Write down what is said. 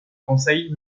conseil